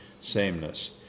sameness